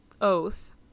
oath